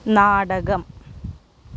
നാടകം